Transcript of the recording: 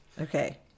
Okay